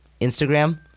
Instagram